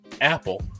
Apple